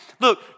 Look